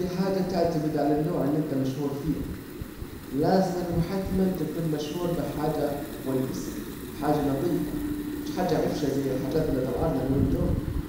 دي حاجة تعتمد على النوع الي انت مشهور فيها، لازما وحتما تكون مشهور بحاجة كويسة، حاجة نضيفة مش حاجة عفشة زي الحاجات الي طالعالنا اليومين دول